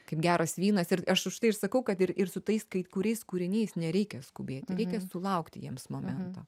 kaip geras vynas ir aš už tai ir sakau kad ir ir su tais kai kuriais kūriniais nereikia skubėt reikia sulaukti jiems momento